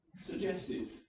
suggested